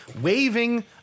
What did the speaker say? waving